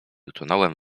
utonąłem